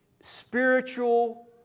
spiritual